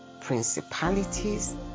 principalities